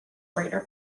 greater